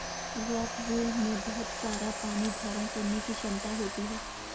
rockwool में बहुत सारा पानी धारण करने की क्षमता होती है